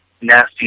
nasty